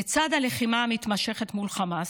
לצד הלחימה המתמשכת מול חמאס,